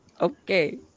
Okay